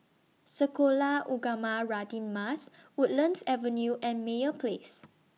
Sekolah Ugama Radin Mas Woodlands Avenue and Meyer Place